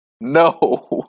no